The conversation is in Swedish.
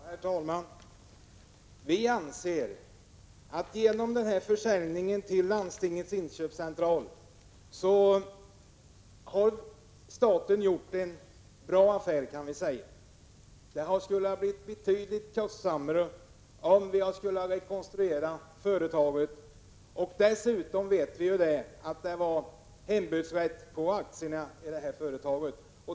Herr talman! Vi anser att staten har gjort en bra affär genom försäljningen till Landstingens inköpscentral. Det skulle ha blivit betydligt kostsammare om vi skulle ha rekonstruerat företaget. Dessutom var det hembudsrätt på aktierna i det här företaget.